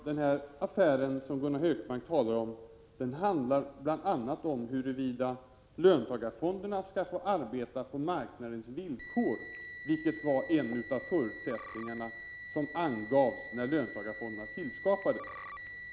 Herr talman! Den affär som Gunnar Hökmark talar om handlar bl.a. om huruvida löntagarfonderna skall få arbeta på marknadens villkor, vilket är en av de förutsättningar som angavs när löntagarfonderna tillskapades.